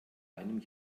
einem